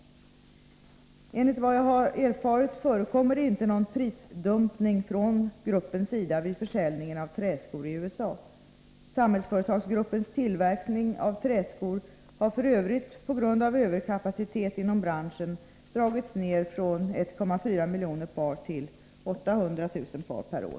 Enligt vad jag har erfarit förekommer det inte någon prisdumpning från gruppens sida vid försäljningen av träskor i USA. Samhällsföretagsgruppens tillverkning av träskor har f. ö. på grund av överkapacitet inom branschen dragits ned från 1,4 miljoner par till 800 000 per år.